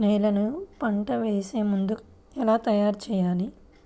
నేలను పంట వేసే ముందుగా ఎలా తయారుచేయాలి?